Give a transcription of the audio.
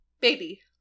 baby